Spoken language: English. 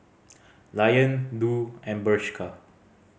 Lion Doux and Bershka